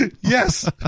Yes